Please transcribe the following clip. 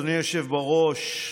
אדוני היושב-ראש,